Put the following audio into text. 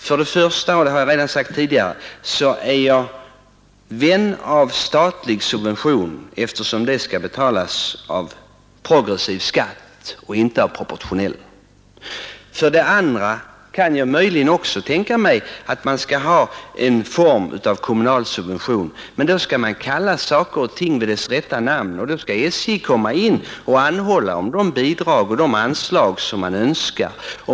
För det första — och det har jag redan sagt tidigare — är jag vän av statliga subventioner eftersom de skall betalas av progressiv skatt och inte av proportionell, och för det andra kan jag möjligen också tänka mig att man skall ha en form av kommunal subvention. Men då skall man kalla saker och ting med deras rätta namn, och SJ skall anhålla om de bidrag och de anslag som man önskar.